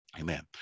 amen